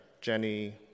Jenny